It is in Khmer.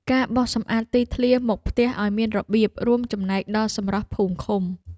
ការបោសសម្អាតទីធ្លាមុខផ្ទះឱ្យមានរបៀប រួមចំណែកដល់សម្រស់ភូមិឃុំ។